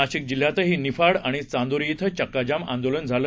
नाशिकजिल्ह्यातहीनिफाडआणिचांदोरी खिंचक्काजामआंदोलनझालं